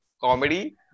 comedy